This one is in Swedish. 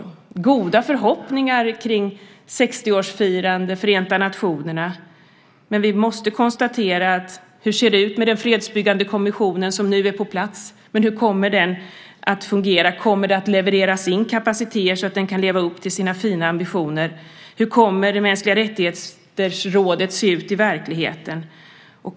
Det finns goda förhoppningar kring 60-årsfirande Förenta nationerna, men vi måste fråga oss: Hur ser det ut med den fredsbyggande kommission som nu är på plats? Hur kommer den att fungera? Kommer det att levereras in kapacitet så att den kan leva upp till sina fina ambitioner? Hur kommer rådet för mänskliga rättigheter att se ut i verkligheten?